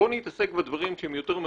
בואו נתעסק בדברים שהם יותר מגובשים.